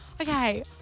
Okay